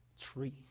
tree